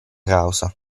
causa